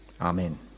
Amen